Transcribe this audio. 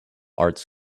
arts